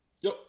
yo